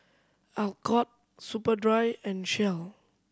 Alcott Superdry and Shell